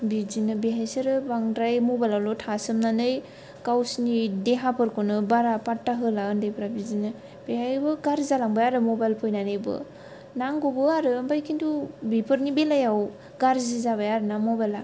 बिदिनो बिसोरो बांद्राय मबाइलावल' थासोमनानै गावसिनि देहाफोरखौनो बारा पाट्टा होला आन्दैफ्रा बिदिनो बेहायबो गार्जि जालांबाय आरो मबाइल फैनानैबो नांगौबो आरो आमफ्राय खिन्थु बेफोरनि बेलायाव गार्जि जाबाय आरो ना मबाइला